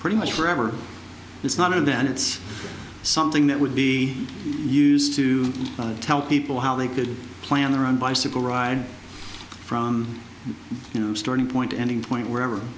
pretty much forever it's not and then it's something that would be used to tell people how they could plan their own bicycle ride from you know starting point ending point where ever